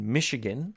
Michigan